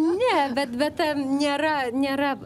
ne bet bet nėra nėra